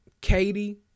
Katie